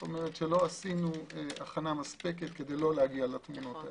שלא עשינו הכנה מספקת כדי לא להגיע אליהן.